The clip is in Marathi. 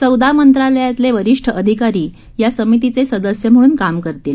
चौदा मंत्रालयातील वरिष्ठ अधिकारी या समितीचे सदस्य म्हणून काम करतील